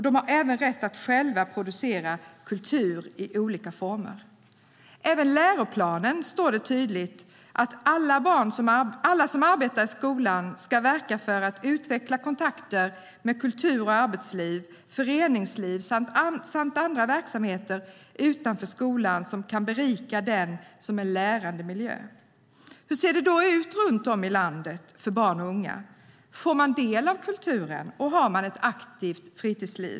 De har även rätt att själva producera kultur i olika former. Även i läroplanen står det tydligt att alla som arbetar i skolan ska verka för att utveckla kontakter med kultur och arbetsliv, föreningsliv samt andra verksamheter utanför skolan som kan berika den som en lärande miljö. Hur ser det då ut runt om i landet för barn och unga? Får man del av kulturen, och har man en aktiv fritid?